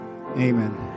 Amen